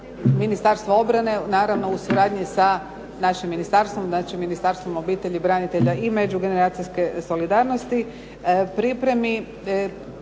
Ministarstvo obrane naravno u suradnji sa našim ministarstvom, znači Ministarstvom obitelji, branitelja i međugeneracijske solidarnosti pripremi